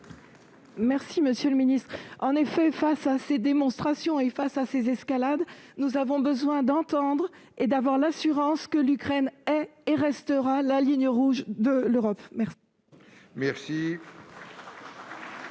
Monsieur le ministre, face à ces démonstrations et à ces escalades, nous avons besoin d'entendre et d'avoir l'assurance que l'Ukraine est et restera la ligne rouge de l'Europe. La